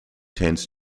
tends